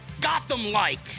Gotham-like